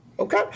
Okay